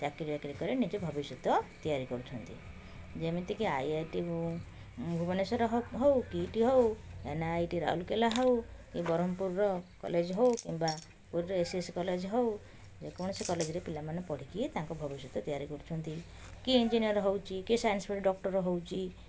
ଚାକିରି ବାକିରୀ କରି ନିଜ ଭବିଷ୍ୟତ ତିଆରି କରୁଛନ୍ତି ଯେମିତିକି ଆଇ ଆଇ ଟି ହଉ ଭୁବନେଶ୍ୱର ହଉ କିଟ୍ ହଉ ଏନ୍ ଆଇ ଟି ରାଉଲକେଲା ହଉ କି ବ୍ରହ୍ମପୁର କଲେଜ୍ ହଉ କିମ୍ବା ପୁରୀର ଏସ୍ ସି ଏସ୍ କଲେଜ୍ ହଉ ଯେକୌଣସି କଲେଜ୍ରେ ପିଲାମାନେ ପଢ଼ିକି ତାଙ୍କ ଭବିଷ୍ୟତ ତିଆରି କରୁଛନ୍ତି କିଏ ଇଞ୍ଜିନିୟର୍ ହେଉଛି କିଏ ସାଇନ୍ସ ପଢ଼ି ଡକ୍ଟର୍ ହେଉଛି